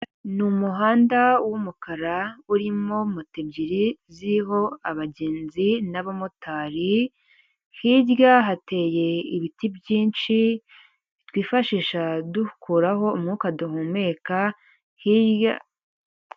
Ni umuhanda wumukara urimo moto ebyiri ziriho abagenzi n'abamotari, hirya hateye ibiti byinshi twifashisha dukuraho umwuka duhumeka hirya.